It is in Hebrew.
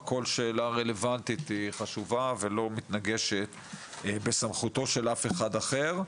כל שאלה רלוונטית היא חשובה ולא מתנגשת בסמכותו של אף אחד אחר.